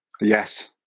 Yes